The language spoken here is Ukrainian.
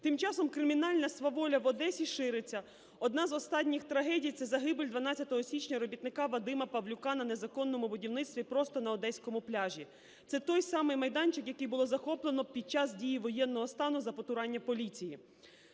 Тим часом кримінальна сваволя в Одесі шириться. Одна з останніх трагедій – це загибель 12 січня робітника Вадима Павлюка на незаконному будівництві, просто на одеському пляжі. Це той самий майданчик, який було захоплено під час дії воєнного стану за потурання поліції.